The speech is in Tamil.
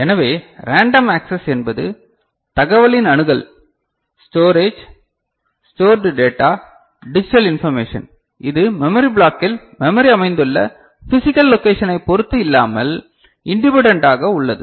எனவே ரேண்டம் ஆக்ஸஸ் என்பது தகவலின் அணுகல் storage stored data digital information இது மெமரி பிளாக்கில் மெமரி அமைந்துள்ள ஃபிசிக்கல் லொகேஷனைப் பொருத்து இல்லாமல் இன்டிப்பன் டென்டாக உள்ளது